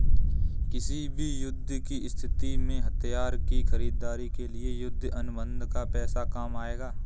किसी भी युद्ध की स्थिति में हथियार की खरीदारी के लिए युद्ध अनुबंध का पैसा काम आएगा